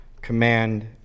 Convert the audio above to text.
command